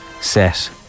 set